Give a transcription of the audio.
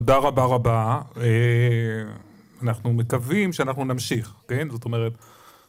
תודה רבה רבה, אנחנו מקווים שאנחנו נמשיך, כן? זאת אומרת...